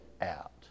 out